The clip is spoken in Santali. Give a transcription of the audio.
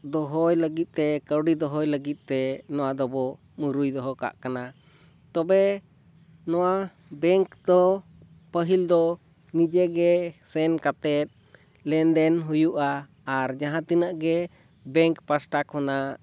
ᱫᱚᱦᱚᱭ ᱞᱟᱹᱜᱤᱫ ᱛᱮ ᱠᱟᱹᱣᱰᱤ ᱫᱚᱦᱚᱭ ᱞᱟᱹᱜᱤᱫ ᱛᱮ ᱱᱚᱣᱟ ᱫᱚᱵᱚ ᱢᱩᱨᱟᱹᱭ ᱫᱚᱦᱚ ᱠᱟᱜ ᱠᱟᱱᱟ ᱛᱚᱵᱮ ᱱᱚᱣᱟ ᱵᱮᱝᱠ ᱫᱚ ᱯᱟᱹᱦᱤᱞ ᱫᱚ ᱱᱤᱡᱮ ᱜᱮ ᱥᱮᱱ ᱠᱟᱛᱮᱫ ᱞᱮᱱᱫᱮᱱ ᱦᱩᱭᱩᱜᱼᱟ ᱟᱨ ᱡᱟᱦᱟᱸ ᱛᱤᱱᱟᱹᱜ ᱜᱮ ᱵᱮᱝᱠ ᱯᱟᱦᱟᱴᱟ ᱠᱷᱚᱱᱟᱜ